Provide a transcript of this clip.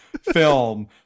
Film